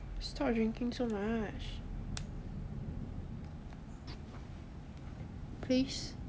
stop drinking so much please